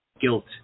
guilt